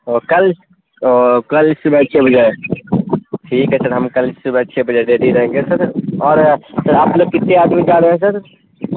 اوہ کل کل صبح چھ بجے ٹھیک ہے پھر ہم کل صبح چھ بجے ریڈی رہیں گے سر اور سر آپ لوگ کتنے آدمی جا رہے ہیں سر